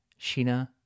sheena